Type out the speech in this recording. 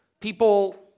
people